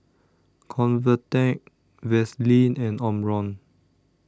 Convatec Vaselin and Omron